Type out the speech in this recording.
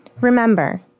Remember